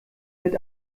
mit